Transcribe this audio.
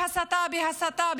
בהסתה,